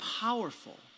powerful